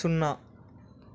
సున్నా